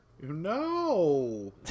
No